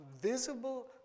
visible